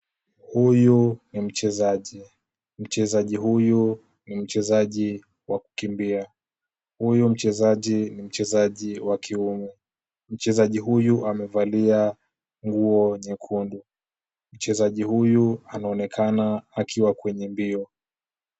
Huyu ni mchezaji. Mchezaji huyu ni mchezaji wa kukimbia. Huyu mchezaji ni mchezaji wa kiume. Mchezaji huyu amevalia nguo nyekundu. Mchezaji huyu anaonekana akiwa kwenye mbio.